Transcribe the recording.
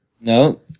No